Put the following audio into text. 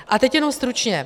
A teď jenom stručně.